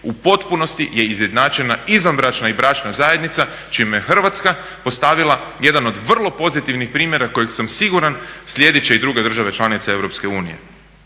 u potpunosti je izjednačena izvanbračna i bračna zajednica čime je Hrvatska postavila jedan od vrlo pozitivnih primjera koji sam siguran slijedit će i druge države članice